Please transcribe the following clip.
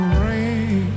rain